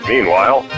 Meanwhile